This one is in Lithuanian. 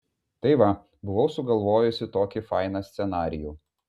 tai va buvau sugalvojusi tokį fainą scenarijų